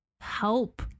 help